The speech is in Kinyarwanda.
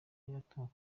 yatanga